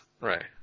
right